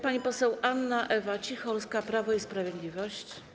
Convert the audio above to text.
Pani poseł Anna Ewa Cicholska, Prawo i Sprawiedliwość.